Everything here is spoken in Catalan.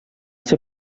ser